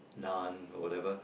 naan or whatever